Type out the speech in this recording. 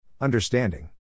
Understanding